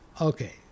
Okay